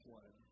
one